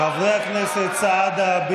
חברי הכנסת סעדה,